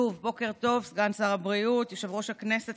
שוב בוקר טוב, סגן שר הבריאות, יושב-ראש הכנסת.